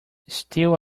still